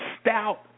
stout